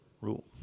rule